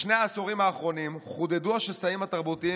בשני העשורים האחרונים חודדו השסעים התרבותיים